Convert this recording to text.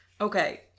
Okay